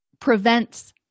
prevents